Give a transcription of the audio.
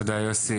תודה יוסי.